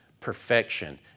Perfection